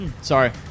Sorry